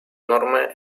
norma